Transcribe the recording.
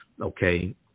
okay